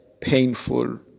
painful